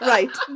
Right